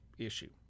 issue